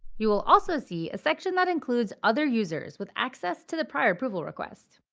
you will also see a section that includes other users with access to the prior approval request.